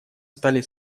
стали